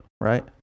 right